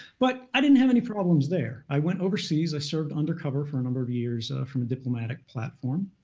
but i didn't have any problems there. i went overseas. i served undercover for a number of years from a diplomatic platform.